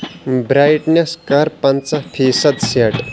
brightness کر پَنٛژاہ فی صد سیٹ